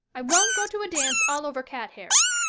i won't go to a dance all over cat hairs.